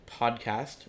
podcast